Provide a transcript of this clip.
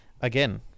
Again